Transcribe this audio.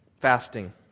fasting